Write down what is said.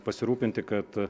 pasirūpinti kad